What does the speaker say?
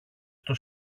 στο